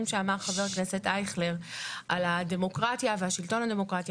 שאמר חבר הכנסת אייכלר על הדמוקרטיה והשלטון הדמוקרטי.